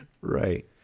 Right